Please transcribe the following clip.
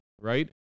right